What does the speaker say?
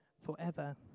forever